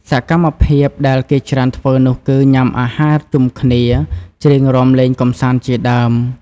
សកម្មភាពដែលគេច្រើនធ្វើនោះគឺ ញុំាអាហារជុំគ្នា ច្រៀងរាំលេងកម្សាន្តជាដើម។